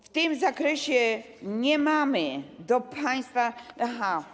W tym zakresie nie mamy do państwa.